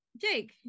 Jake